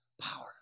Power